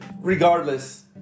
regardless